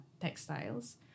textiles